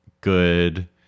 good